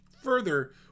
Further